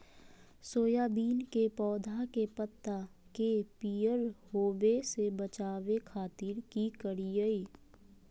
Soybean के पौधा के पत्ता के पियर होबे से बचावे खातिर की करिअई?